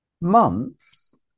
Months